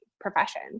profession